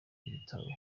yitaweho